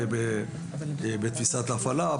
בתפיסת הפעלה,